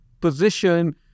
position